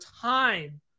time